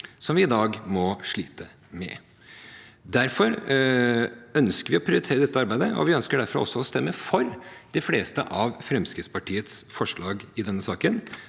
som vi i dag må slite med. Vi ønsker derfor å prioritere dette arbeidet, og vi ønsker derfor også å stemme for de fleste av Fremskrittspartiets forslag i denne saken.